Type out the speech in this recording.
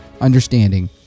understanding